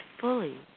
fully